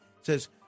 says